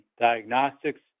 diagnostics